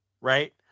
right